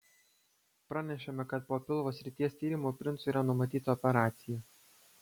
pranešama kad po pilvo srities tyrimų princui yra numatyta operacija